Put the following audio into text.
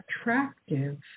attractive